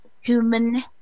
Human